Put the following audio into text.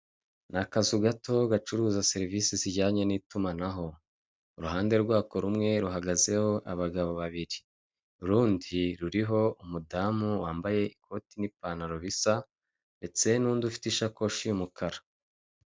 Inyubako ifite ibara ry'umweru ifite n'amadirishya y'umukara arimo utwuma, harimo amarido afite ibara ry'ubururu ndetse n'udutebe, ndetse hari n'akagare kicaramo abageze mu za bukuru ndetse n'abamugaye, harimo n'ifoto imanitsemo muri iyo nyubako.